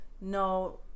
no